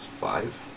five